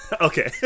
Okay